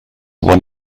one